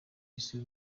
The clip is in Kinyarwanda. isi